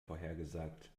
vorhergesagt